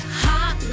hot